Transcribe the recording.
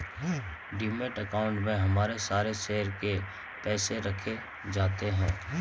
demat account में हमारे सारे शेयर के पैसे रखे जाते हैं